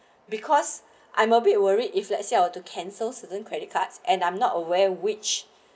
because I'm a bit worried if let's say I were to cancel certain credit cards and I'm not aware which